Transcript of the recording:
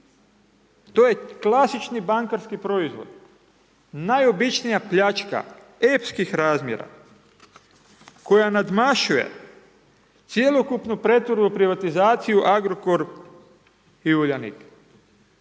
To je klasični bankarski proizvod, najobičnija pljačka epskih razmjera koja nadmašuje cjelokupnu .../Govornik se ne razumije./... privatizaciju Agrokor i Uljanik.